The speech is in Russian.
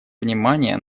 внимание